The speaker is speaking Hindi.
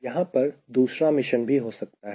यहां पर दूसरा मिशन भी हो सकता है